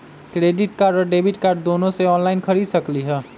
Credit card और debit card दोनों से ऑनलाइन खरीद सकली ह?